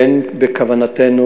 אין בכוונתנו,